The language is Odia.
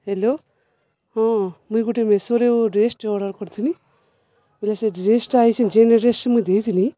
ହେଲୋ ହଁ ମୁଇଁ ଗୁଟେ ମେସୋରୁ ଡ୍ରେସ୍ଟେ ଅର୍ଡ଼ର୍ କରିଥିନି ବେଲେ ସେ ଡ୍ରେସ୍ଟା ଆଇଛି ଯେନ୍ ଡ୍ରେସ୍ଟା ମୁଇଁ ଦେଇଥିନି